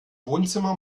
wohnzimmer